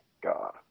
God